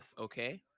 okay